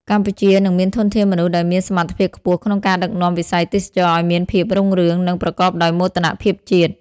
កម្ពុជានឹងមានធនធានមនុស្សដែលមានសមត្ថភាពខ្ពស់ក្នុងការដឹកនាំវិស័យទេសចរណ៍ឱ្យមានភាពរុងរឿង និងប្រកបដោយមោទនភាពជាតិ។